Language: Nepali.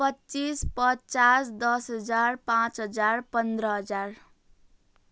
पच्चिस पचास दस हजार पाँच हजार पन्ध्र हजार